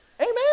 Amen